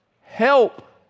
help